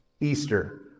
Easter